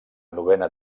novena